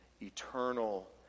eternal